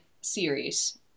series